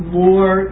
more